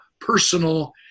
personal